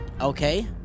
Okay